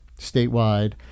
statewide